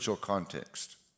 context